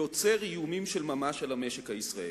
יוצר איומים של ממש על המשק הישראלי.